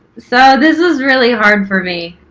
so this is really hard for me.